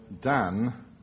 Dan